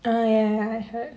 uh ya ya ya I heard